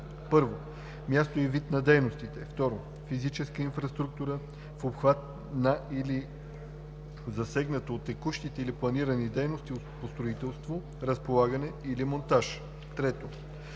1. място и вид на дейностите; 2.физическа инфраструктура – в обхвата на или засегната от текущите или планирани дейности по строителство, разполагане или монтаж; 3.